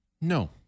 No